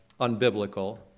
unbiblical